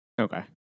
Okay